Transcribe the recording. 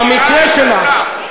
במקרה שלך.